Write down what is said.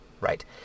right